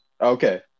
Okay